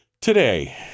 Today